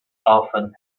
often